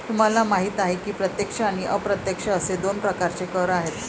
तुम्हाला माहिती आहे की प्रत्यक्ष आणि अप्रत्यक्ष असे दोन प्रकारचे कर आहेत